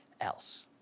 else